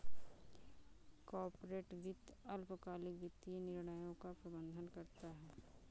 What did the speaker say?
corporate वित्त अल्पकालिक वित्तीय निर्णयों का प्रबंधन करता है